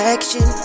Action